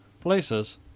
Places